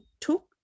took